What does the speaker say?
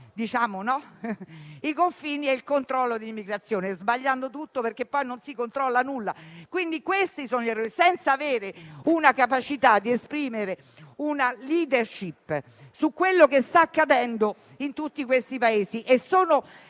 dei confini e dell'immigrazione, sbagliando tutto, perché poi non si controlla nulla - questi sono gli errori - senza la capacità di esprimere una *leadership* su quello che sta accadendo in tutti questi Paesi.